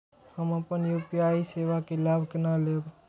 हम अपन यू.पी.आई सेवा के लाभ केना लैब?